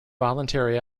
voluntary